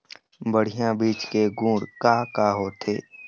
बढ़िया बीज के गुण का का होथे?